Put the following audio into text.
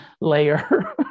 layer